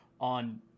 on